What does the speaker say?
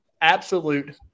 absolute